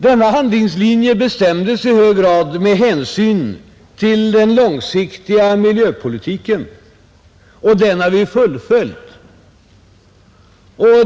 Denna handlingslinje bestämdes i hög grad med hänsyn till den långsiktiga miljöpolitiken, och den har vi fullföljt.